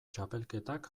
txapelketak